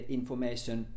information